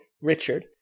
Richard